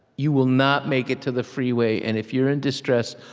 you will not make it to the freeway. and if you're in distress,